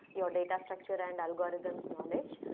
your data structure and algorithms knowledge.